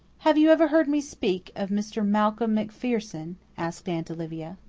have you ever heard me speak of mr. malcolm macpherson? asked aunt olivia.